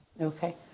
Okay